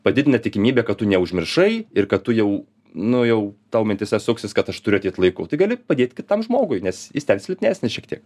padidina tikimybę kad tu neužmiršai ir kad tu jau nu jau tau mintyse suksis kad aš turiu ateit laiku tai gali padėt kitam žmogui nes jis ten silpnesnis šiek tiek